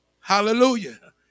hallelujah